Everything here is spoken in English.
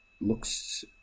looks